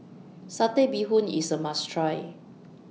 Satay Bee Hoon IS A must Try